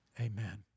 Amen